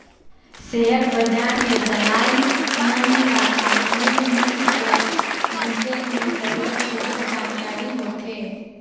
share बजार के दलाल मन ल कंपनी मन कर बिसे में सरलग सुग्घर जानकारी होथे